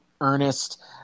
earnest